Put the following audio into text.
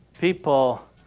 people